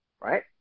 right